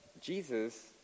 Jesus